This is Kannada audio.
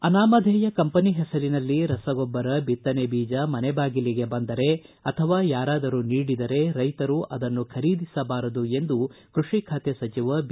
ಅನಾಮಧೇಯ ಕಂಪೆನಿ ಹೆಸರಿನಲ್ಲಿ ರಸಗೊಬ್ಲರ ಬಿತ್ತನೆ ಬೀಜ ಮನೆಬಾಗಿಲಿಗೆ ಬಂದರೆ ಅಥವಾ ಯಾರಾದರೂ ನೀಡಿದರೆ ರೈಸರು ಅದನ್ನು ಖರೀದಿಸಬಾರದು ಎಂದು ಕೃಷಿ ಖಾತೆ ಸಚಿವ ಬಿ